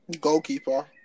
Goalkeeper